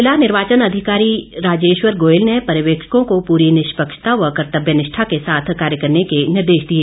जिला निर्वाचन अधिकारी राजेश्वर गोयल ने पर्यवेक्षकों को पूरी निष्पक्षता व कर्तव्य निष्ठा के साथ कार्य करने के निर्देश दिए